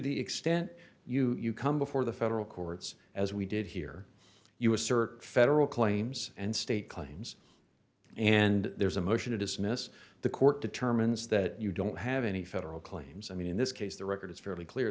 the extent you come before the federal courts as we did here you assert federal claims and state claims and there's a motion to dismiss the court determine that you don't have any federal claims i mean in this case the record is fairly clear